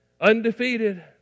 undefeated